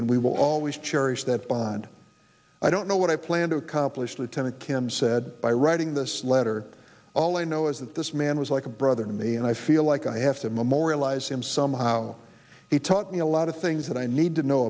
and we will always cherish that bond i don't know what i plan to accomplish lieutenant tim said by writing this letter all i know is that this man was like a brother to me and i feel like i have to memorialize him somehow he taught me a lot of things that i need to know